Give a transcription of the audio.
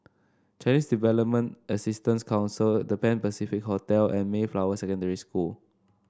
Chinese Development Assistance Council The Pan Pacific Hotel and Mayflower Secondary School